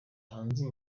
hanze